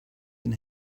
than